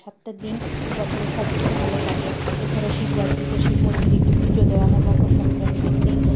সাতটা দিন বছরের সবচেয়ে ভালো কাটে এছাড়া শিবরাত্রিতে শিব মন্দিরে গিয়ে পুজো দেওয়া হয় মকর সংক্রান্তির দিন